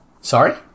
Sorry